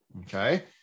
okay